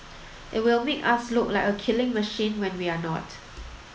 it will make us look like a killing machine when we're not